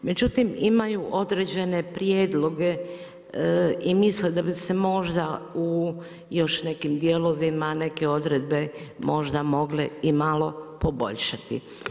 Međutim, imaju određene prijedloge i misle da bi se možda u još nekim dijelovima, neke odredbe možda mogle i malo poboljšati.